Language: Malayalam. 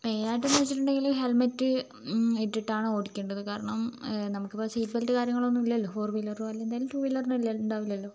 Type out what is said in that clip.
മെയിൻ ആയിട്ടെന്ന് വച്ചിട്ടുണ്ടെങ്കിൽ ഹെൽമെറ്റ് ഇട്ടിട്ടാണ് ഓടിക്കേണ്ടത് കാരണം നമുക്കിപ്പോൾ സീറ്റ് ബെൽറ്റ് കാര്യങ്ങളൊന്നുമല്ലല്ലോ ഫോർ വീലർ പോലെ എന്തായാലും ടൂ വീലറിന് ഇല്ല ഉണ്ടാവില്ലല്ലോ